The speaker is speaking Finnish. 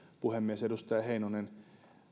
puhemies edustaja heinonen